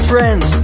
Friends